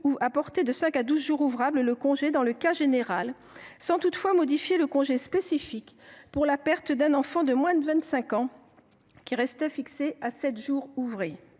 à porter de cinq à douze jours ouvrables le congé dans le cas général, sans toutefois modifier le congé spécifique pour la perte d’un enfant de moins de 25 ans, qui restait fixé à sept jours ouvrés.